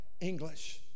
English